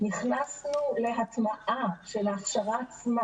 נכנסנו להטמעה של ההכשרה עצמה.